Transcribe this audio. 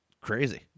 Crazy